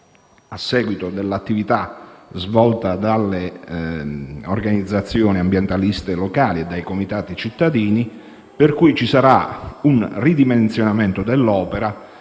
a seguito dell'attività svolta dalle organizzazioni ambientaliste locali e dai comitati cittadini, per cui ci sarà un ridimensionamento dell'opera,